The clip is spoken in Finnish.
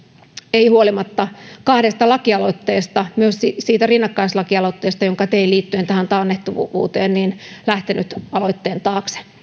ei huolimatta kahdesta lakialoitteesta myös siitä rinnakkaislakialoitteesta jonka tein liittyen tähän taannehtivuuteen lähtenyt aloitteen taakse